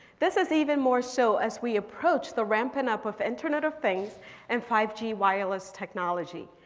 this is even more so as we approach the rampant up of internet of things and five g wireless technology.